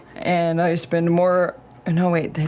and i spend more and no, wait.